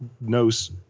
knows